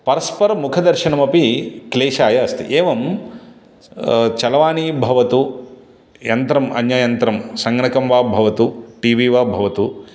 परस्परमुखदर्शनमपि क्लेशाय अस्ति एवं चलवाणी भवतु यन्त्रम् अन्य यन्त्रं सङ्गणकं वा भवतु टिवि वा भवतु